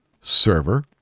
server